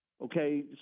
okay